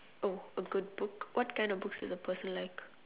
oh a good book what kind of books do the person like